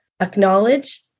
Acknowledge